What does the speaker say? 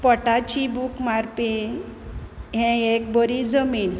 पोटाची भूक मारपी हें एक बोरी जमीण